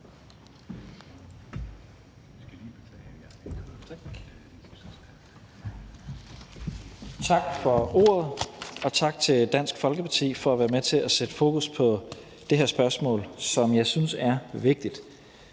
Tak for ordet, og tak til Dansk Folkeparti for at være med til at sætte fokus på det her spørgsmål, som jeg synes er vigtigt,